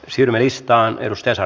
siirrymme listaan